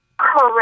Correct